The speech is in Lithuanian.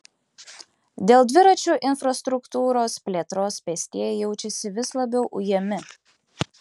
dėl dviračių infrastruktūros plėtros pėstieji jaučiasi vis labiau ujami